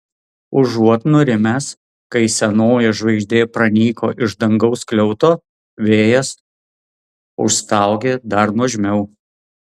užuot nurimęs kai senoji žvaigždė pranyko iš dangaus skliauto vėjas užstaugė dar nuožmiau